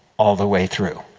all the way through.